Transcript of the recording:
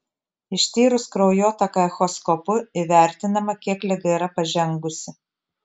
ištyrus kraujotaką echoskopu įvertinama kiek liga yra pažengusi